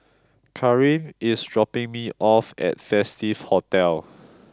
Karim is dropping me off at Festive Hotel